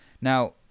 Now